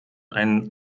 einen